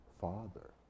Father